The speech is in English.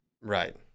Right